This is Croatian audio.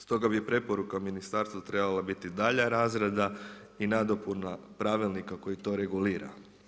Stoga bi preporuka ministarstva trebala biti dalja razrada i nadopuna pravilnika koji to regulira.